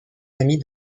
amis